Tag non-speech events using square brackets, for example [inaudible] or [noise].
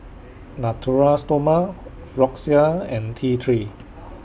Natura Stoma Floxia and T three [noise]